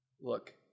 look